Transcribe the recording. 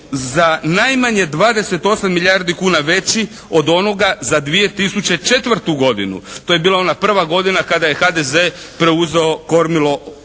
za najmanje 28 milijardi kuna veći od onoga za 2004. godinu. To je bila ona prva godina kada je HDZ preuzeo kormilo nakon